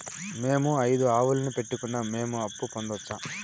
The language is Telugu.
మేము ఐదు ఆవులని పెట్టుకున్నాం, మేము అప్పు పొందొచ్చా